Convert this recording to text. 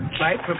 right